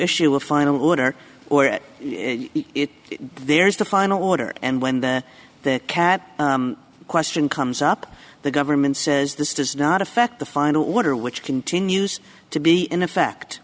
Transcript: issue a final order or it it there is the final order and when the cat question comes up the government says this does not affect the final order which continues to be in effect